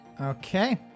Okay